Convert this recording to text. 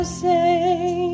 Say